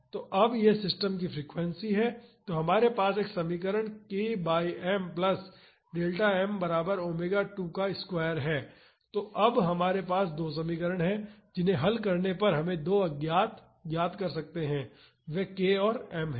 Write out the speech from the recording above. तो अब यह सिस्टम की फ्रीक्वेंसी है तो हमारे पास एक समीकरण k by m plus delta m बराबर ओमेगा 2 का वर्ग है तो अब हमारे पास दो समीकरण हैं जिन्हें हल करने पर हम दो अज्ञात ज्ञात कर सकते हैं वे k और m हैं